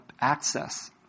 access